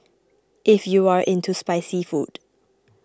if you are into spicy food